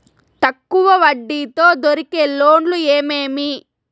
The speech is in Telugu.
తక్కువ వడ్డీ తో దొరికే లోన్లు ఏమేమీ?